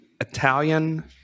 Italian